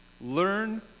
learn